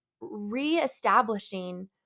reestablishing